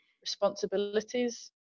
responsibilities